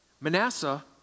Manasseh